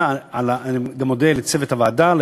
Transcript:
אני גם מודה לצוות הוועדה,